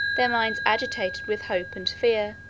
their minds agitated with hope and fear,